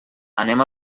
anem